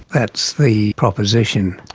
that's the proposition.